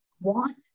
want